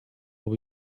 will